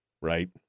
right